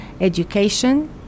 education